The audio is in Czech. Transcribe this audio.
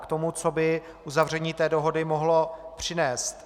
K tomu, co by uzavření té dohody mohlo přinést.